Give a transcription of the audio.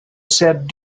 said